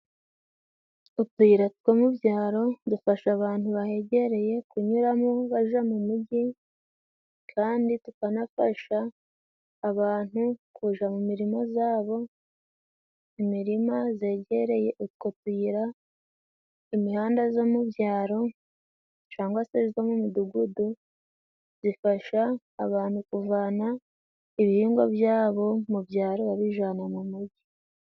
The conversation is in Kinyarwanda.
Utuyira two mu byaro dufasha abantu bahegereye kunyuramo baja mu mugi kandi tukanafasha abantu kuja mu mirima zabo. Imirima zegereye utwo tuyira. Imihanda zo mu byaro cangwa se zo mu mudugudu zifasha abantu kuvana ibihingwa byabo mu byaro babijana mu mugi.